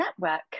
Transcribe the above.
Network